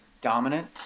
dominant